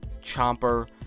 chomper